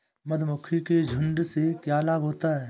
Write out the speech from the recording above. मधुमक्खी के झुंड से क्या लाभ होता है?